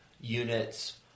units